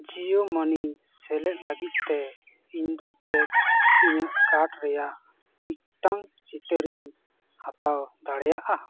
ᱡᱤᱭᱳ ᱢᱟᱹᱱᱤ ᱥᱮᱞᱮᱫ ᱞᱟᱹᱜᱤᱫᱛᱮ ᱤᱧᱫᱚ ᱪᱮᱫ ᱤᱧᱟᱹᱜ ᱠᱟᱴ ᱨᱮᱭᱟᱜ ᱢᱤᱫᱴᱟᱝ ᱪᱤᱛᱟᱹᱨᱤᱧ ᱦᱟᱛᱟᱣ ᱫᱟᱲᱮᱭᱟᱜᱼᱟ